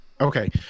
okay